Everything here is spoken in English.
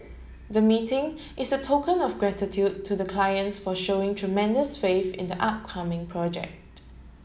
the meeting is a token of gratitude to the clients for showing tremendous faith in the upcoming project